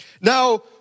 Now